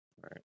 right